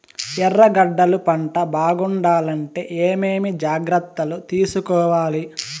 ఎర్రగడ్డలు పంట బాగుండాలంటే ఏమేమి జాగ్రత్తలు తీసుకొవాలి?